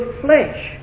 flesh